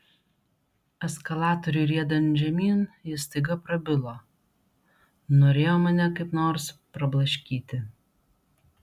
eskalatoriui riedant žemyn jis staiga prabilo norėjo mane kaip nors prablaškyti